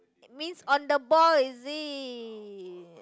means on the ball is it